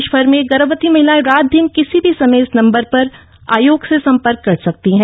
देश भर में गर्मवती महिलाएं रात दिन किसी भी समय इस नम्बर पर आयोग से संपर्क कर सकती हैं